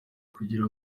kugira